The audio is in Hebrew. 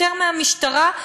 יותר מהמשטרה,